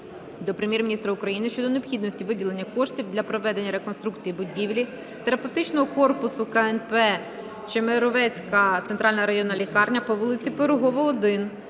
до Прем'єр-міністра України щодо необхідності виділення коштів для проведення реконструкції будівлі терапевтичного корпусу КНП "Чемеровецька центральна районна лікарня" по вулиці Пирогова, 1